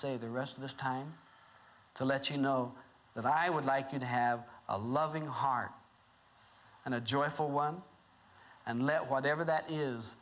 say the rest of this time to let you know that i would like you to have a loving heart and a joyful one and let whatever that is